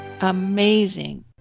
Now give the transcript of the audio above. amazing